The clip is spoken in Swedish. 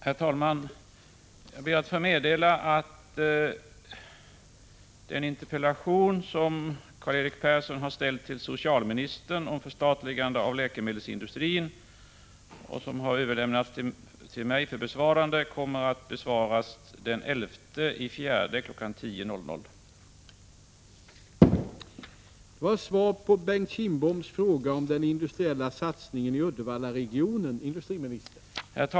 Herr talman! Jag ber att få meddela att den interpellation som Karl-Erik Persson har ställt till socialministern om förstatligande av läkemedelsindustrin och som har överlämnats till mig för besvarande på grund av arbetsbelastning inte kan besvaras inom föreskriven tid. Svaret kommer att lämnas den 11 april kl. 10.00.